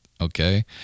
Okay